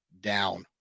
down